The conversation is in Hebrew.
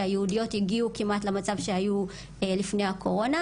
שהיהודיות הגיעו כמעט למצב שהיו לפני הקורונה,